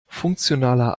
funktionaler